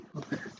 okay